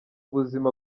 buzima